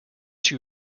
two